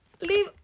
Leave